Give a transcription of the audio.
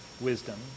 wisdom